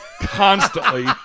constantly